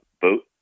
vote